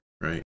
right